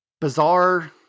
bizarre